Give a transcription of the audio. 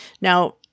Now